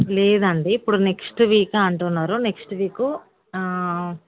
లేదండి ఇప్పుడు నెక్స్ట్ వీకే అంటున్నారు నెక్స్ట్ వీక్